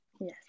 Yes